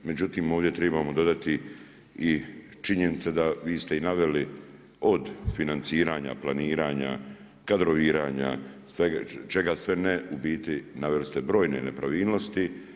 Međutim, ovdje trebamo dodati i činjenice da, vi ste i naveli, od financiranja, planiranja, kadroviranja, čega sve ne u biti naveli ste brojne nepravilnosti.